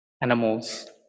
animals